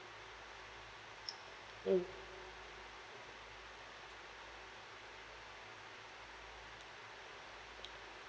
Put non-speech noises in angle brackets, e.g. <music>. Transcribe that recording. <noise> mm